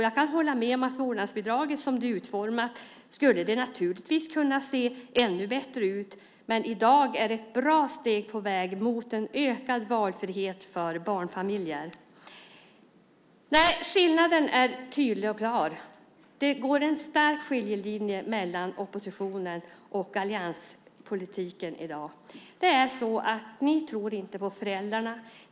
Jag kan hålla med om att vårdnadsbidraget så som det är utformat naturligtvis skulle kunna se ännu bättre ut, men i dag är det ett bra steg på vägen mot en ökad valfrihet för barnfamiljer. Skillnaden är tydlig och klar. Det går en stark skiljelinje mellan oppositionen och allianspolitiken i dag. Ni tror inte på föräldrarna.